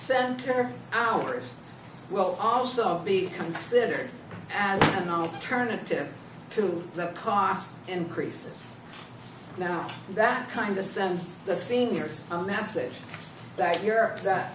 center hours will also be considered as an alternative to the cost increases now that kind of sends the seniors a message that you're that